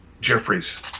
Jeffries